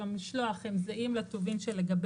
בתקציב המדינה שעתיד לבוא.